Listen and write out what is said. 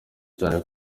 cyane